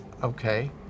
Okay